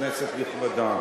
כנסת נכבדה,